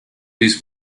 this